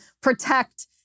protect